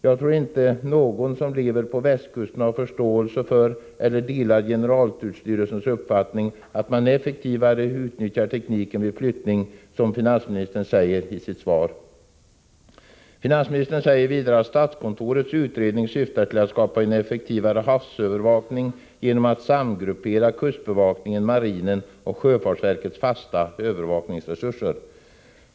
Jag tror inte att någon som lever på västkusten har förståelse för eller delar generaltullstyrelsens uppfattning, som finansministern hänvisar till i sitt svar, att man effektivare utnyttjar tekniken vid en flyttning. Finansministern säger i svaret att statskontorets utredning syftar till att skapa en effektivare havsövervakning genom att samgruppera kustbevakningen, marinen och sjöfartsverkets fasta övervakningsresurser.